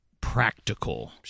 practical